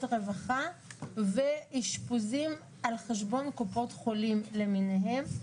הרווחה ואשפוזים על חשבון קופות חולים למיניהן,